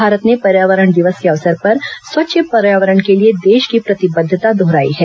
भारत ने पर्यावरण दिवस के अवसर पर स्वच्छ पर्यावरण के लिए देश की प्रतिबद्वता दोहराई है